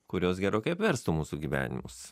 kurios gerokai apverstų mūsų gyvenimus